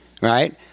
Right